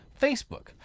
Facebook